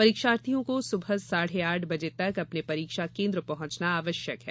परीक्षार्थियों को सुबह साढ़े आठ बजे तक अपने परीक्षा केन्द्र पहुंचना आवश्यक है